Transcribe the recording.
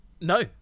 No